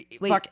Wait